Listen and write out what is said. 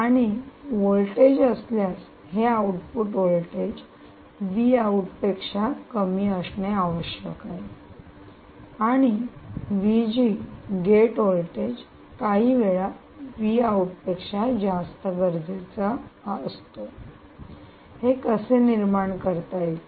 आणि व्होल्टेज असल्यास हे आउटपुट व्होल्टेज पेक्षा कमी असणे आवश्यक आहे आणि गेट व्होल्टेज काही वेळा पेक्षा जास्त गरजेचा असतो हे कसे निर्माण करता येईल